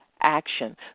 action